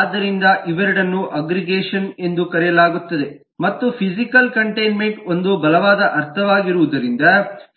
ಆದ್ದರಿಂದ ಇವೆರಡನ್ನೂ ಅಗ್ಗ್ರಿಗೇಷನ್ ಎಂದು ಕರೆಯಲಾಗುತ್ತದೆ ಮತ್ತು ಫಿಸಿಕಲ್ ಕಂಟೈನ್ಮೆಂಟ್ ಒಂದು ಬಲವಾದ ಅರ್ಥವಾಗಿರುವುದರಿಂದ